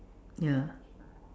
ya